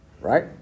right